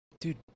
dude